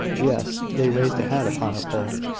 yes. they raised a hat upon a pole,